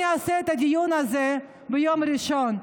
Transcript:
אני אעשה את הדיון הזה ביום ראשון,